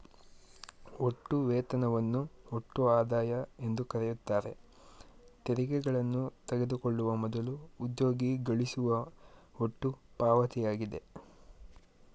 ಒಟ್ಟು ವೇತನವನ್ನು ಒಟ್ಟು ಆದಾಯ ಎಂದುಕರೆಯುತ್ತಾರೆ ತೆರಿಗೆಗಳನ್ನು ತೆಗೆದುಕೊಳ್ಳುವ ಮೊದಲು ಉದ್ಯೋಗಿ ಗಳಿಸುವ ಒಟ್ಟು ಪಾವತಿಯಾಗಿದೆ